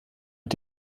mit